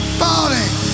falling